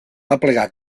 aplegar